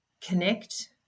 connect